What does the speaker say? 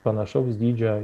panašaus dydžio